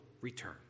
return